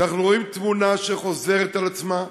אנחנו רואים תמונה שחוזרת על עצמה,